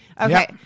Okay